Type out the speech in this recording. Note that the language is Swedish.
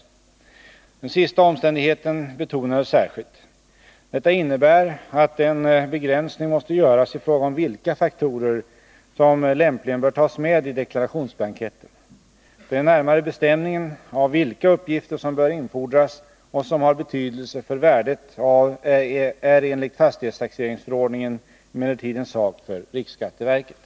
Den sista omständigheten betonades särskilt. Detta innebär att en begränsning måste göras i fråga om vilka faktorer som lämpligen bör tas med i deklarationsblanketten. Den närmare bestämningen av vilka uppgifter som bör infordras och som har betydelse för värdet är enligt fastighetstaxeringsförordningen emellertid en sak för riksskatteverket.